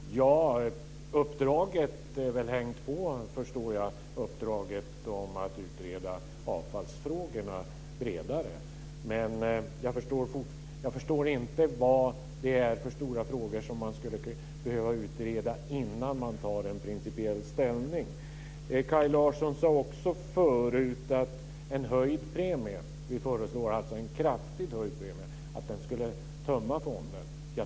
Fru talman! Ja, uppdraget har såvitt jag förstår hängts upp på det bredare uppdraget att utreda avfallsfrågorna, men jag förstår inte vilka stora frågor som skulle behöva utredas innan man principiellt tar ställning. Vi föreslår en kraftigt höjd premie. Kaj Larsson sade tidigare att denna skulle tömma fonden.